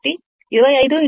కాబట్టి 25 x 2